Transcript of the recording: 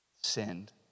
sinned